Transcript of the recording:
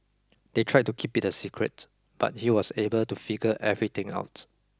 they tried to keep it a secret but he was able to figure everything out